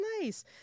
nice